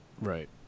Right